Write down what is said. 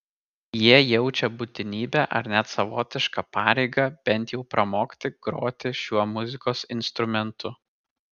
jie jaučia būtinybę ar net savotišką pareigą bent jau pramokti groti šiuo muzikos instrumentu